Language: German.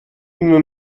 immer